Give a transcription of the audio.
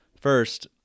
First